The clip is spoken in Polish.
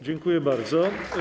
Dziękuję bardzo.